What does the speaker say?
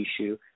issue